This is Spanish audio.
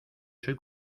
soy